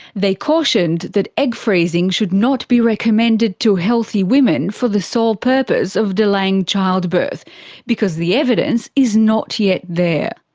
they cautioned that egg freezing should not be recommended to healthy women for the sole purpose of delaying childbirth because the evidence is not yet there.